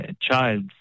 child